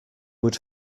would